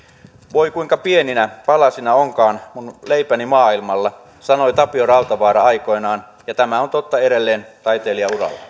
voi kuinka pieninä palasina onkaan mun leipäni maailmalla sanoi tapio rautavaara aikoinaan ja tämä on totta edelleen taitelijauralla